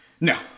No